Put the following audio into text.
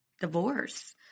divorce